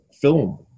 film